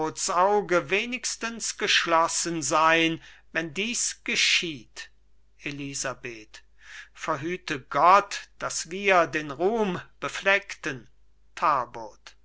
wenigstens geschlossen sein wenn dies geschieht elisabeth verhüte gott daß wir den ruhm befleckten